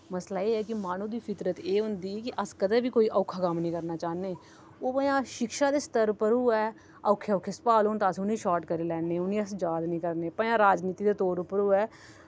मसला एह् ऐ कि माहनू दी फितरत एह् होंदी कि अस कदैं बी कोई ओक्खा कम्म नेईं करना चाह्ने ओह् भामें शिक्षा दे स्तर पर होऐ ओक्खे ओक्खे सोआल होन तां अस उनें शार्ट करी लैन्ने उनें अस याद निं करने भाएं राजनीति दे तोर उप्पर होऐ